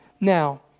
Now